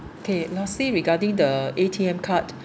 okay mostly regarding the A_T_M card